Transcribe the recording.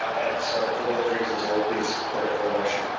and so for those reasons i will be supporting the motion